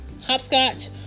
hopscotch